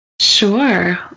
Sure